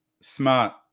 smart